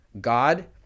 God